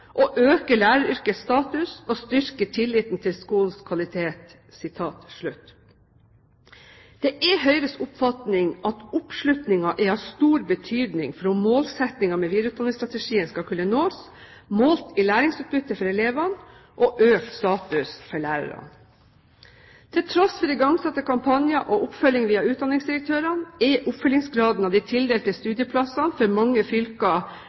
øke læreryrkets status og styrke tilliten til skolens kvalitet». Det er Høyres oppfatning at oppslutningen er av stor betydning for at målsettingen med videreutdanningsstrategien skal kunne nås, målt i læringsutbytte for elevene og økt status for lærerne. Til tross for igangsatte kampanjer og oppfølging via utdanningsdirektørene er oppfyllingsgraden av de tildelte studieplassene for mange fylker